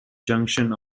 junction